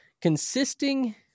consisting